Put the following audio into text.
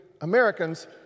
Americans